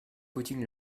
footing